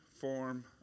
form